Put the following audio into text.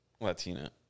Latina